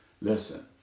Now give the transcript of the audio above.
Listen